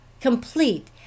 complete